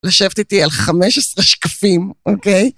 לשבת איתי על 15 שקפים, אוקיי?